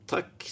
Tack